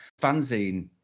fanzine